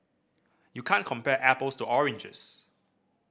you can't compare apples to oranges